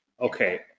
Okay